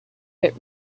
but